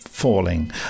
falling